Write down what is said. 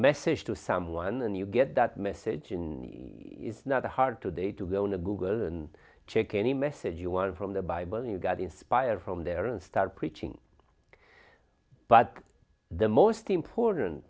message to someone and you get that message in is not hard today to go on a google and check any message you want from the bible you got inspired from there and start preaching but the most important